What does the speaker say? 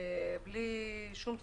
ובלי שום ספק,